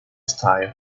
style